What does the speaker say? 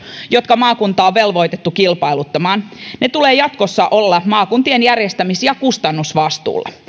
jotka maakunta on velvoitettu kilpailuttamaan tulee jatkossa olla maakuntien järjestämis ja kustannusvastuulla